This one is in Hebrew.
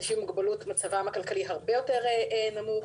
אנשים עם מוגבלות, מצבם הכלכלי הרבה יותר נמוך.